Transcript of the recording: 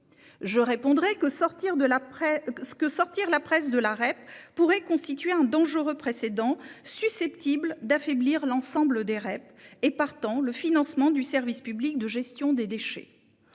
Je répondrai que sortir la presse de la REP pourrait constituer un dangereux précédent susceptible d'affaiblir l'ensemble des REP et, partant, le financement du service public de gestion des déchets.